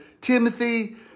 Timothy